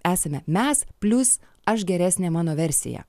esame mes plius aš geresnė mano versija